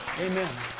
Amen